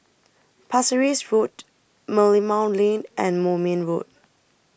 Pasir Ris Road Merlimau Lane and Moulmein Road